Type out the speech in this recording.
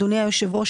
אדוני היושב-ראש,